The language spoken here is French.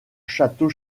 château